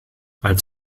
als